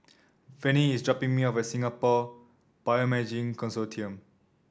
Vennie is dropping me off at Singapore Bioimaging Consortium